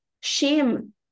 shame